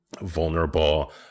vulnerable